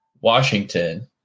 Washington